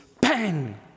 bang